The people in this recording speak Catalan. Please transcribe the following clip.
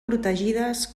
protegides